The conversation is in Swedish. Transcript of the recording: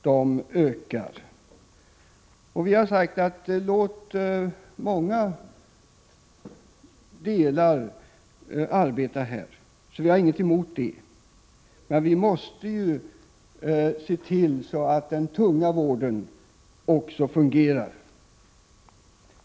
Vi har ingenting emot att frivilligorganisationer arbetar med vård, men samhället måste se till att också den tunga vården fungerar.